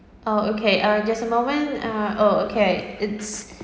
oh okay uh just a moment uh oh okay it's